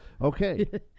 Okay